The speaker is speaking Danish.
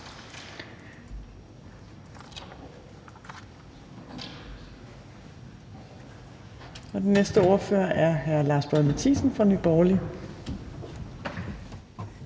Den næste ordfører er hr. Lars Boje Mathiesen fra Nye Borgerlige.